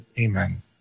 amen